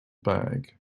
bag